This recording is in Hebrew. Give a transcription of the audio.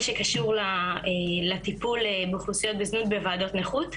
שקשור לטיפול באוכלוסיות בזנות בוועדות נכות.